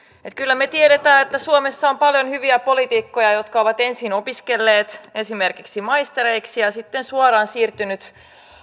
kyllä me tiedämme että suomessa on paljon hyviä poliitikkoja jotka ovat ensin opiskelleet esimerkiksi maistereiksi ja sitten suoraan siirtyneet